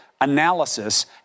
analysis